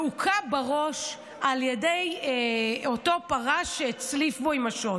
והוכה בראש על ידי אותו פרש שהצליף בו עם השוט,